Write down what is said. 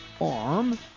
arm